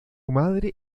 madre